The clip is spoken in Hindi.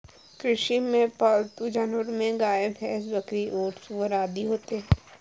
कृषि में पालतू जानवरो में गाय, भैंस, बकरी, ऊँट, सूअर आदि आते है